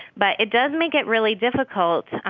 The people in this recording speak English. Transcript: but it does make it really difficult.